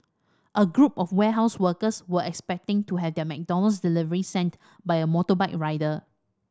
a group of warehouse workers were expecting to have their McDonald's delivery sent by a motorbike rider